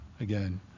Again